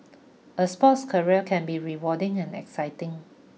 a sports career can be rewarding and exciting